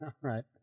right